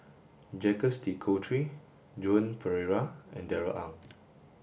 Jacques De Coutre Joan Pereira and Darrell Ang